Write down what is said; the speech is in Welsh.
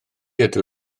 ydw